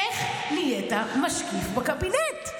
איך נהיית משקיף בקבינט.